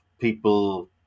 people